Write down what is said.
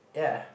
ya